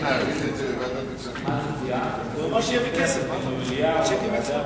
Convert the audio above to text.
לדון במליאה או בוועדה?